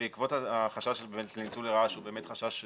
בעקבות החשש של ניצול לרעה, שהוא באמת חשש אמיתי,